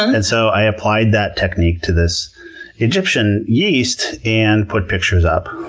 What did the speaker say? and so i applied that technique to this egyptian yeast and put pictures up.